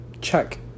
check